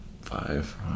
five